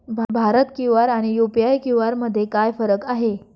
Bharat QR आणि UPI QR मध्ये काय फरक आहे?